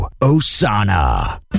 Osana